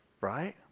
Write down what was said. Right